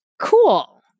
cool